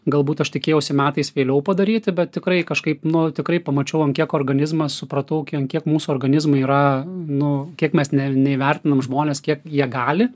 galbūt aš tikėjausi metais vėliau padaryti bet tikrai kažkaip nu tikrai pamačiau ant kiek organizmas supratau kiek mūsų organizmai yra nu kiek mes ne neįvertinam žmonės kiek jie gali